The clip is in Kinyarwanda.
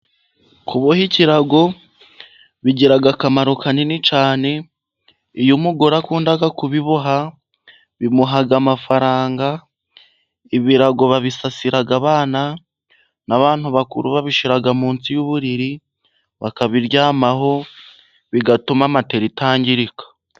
Kuboha ikirago bigira akamaro kanini cyane. Iyo umugore akunda kubiboha bimuha amafaranga. Ibirago babisasira abana, n'abantu bakuru babishyira munsi y'uburiri bakabiryamaho, bigatuma matora itangirika.